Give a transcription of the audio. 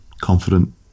confident